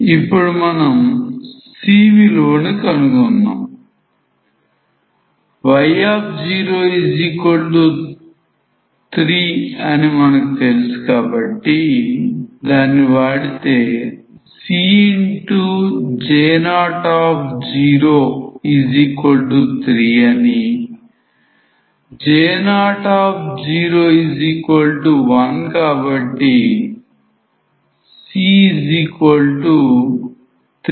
కానీ y03 అని మనకు తెలుసు కాబట్టి దానిని వాడితే c J003 అని J001 కాబట్టి c3 అవుతుంది